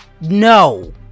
No